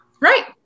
Right